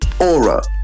aura